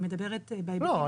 אני מדברת בהיבטים --- לא,